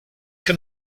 can